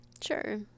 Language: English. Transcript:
Sure